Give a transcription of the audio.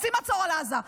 רוצים מצור על עזה.